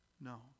No